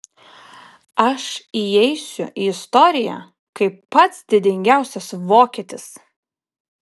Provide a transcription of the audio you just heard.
aš įeisiu į istoriją kaip pats didingiausias vokietis